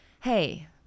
Hey